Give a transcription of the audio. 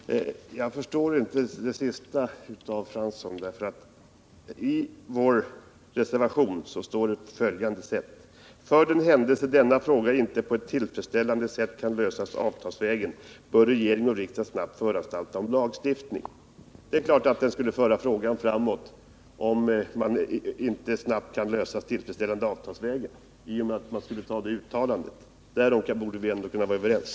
Herr talman! Jag förstår inte det sista Arne Fransson sade. I vår reservation står det på följande sätt: ”För den händelse denna fråga inte på ett tillfredsställande sätt kan lösas avtalsvägen bör regering och riksdag snabbt föranstalta om lagstiftning.” Om vi antar det uttalandet skulle det givetvis bidra till en snabb och tillfredsställande lösning av frågan lagstiftningsvägen, om man inte kan klara den avtalsvägen. Därom borde vi ändå kunna vara överens.